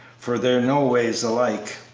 for they're noways alike.